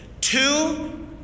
Two